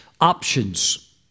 options